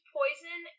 poison